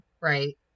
right